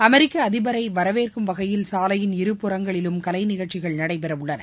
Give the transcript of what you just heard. அமெரிக்க அதிபரை வரவேற்கும் வகையில் சாலையின் இருபுறங்களிலும் கலை நிகழ்ச்சிகள் நடைபெறவுள்ளன